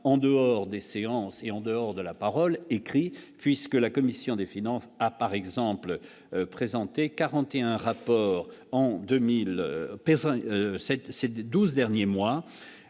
en dehors des séances et en dehors de la parole, écrit puisque la commission des finances, a par exemple présenté 41 rapport en août 2000 personnes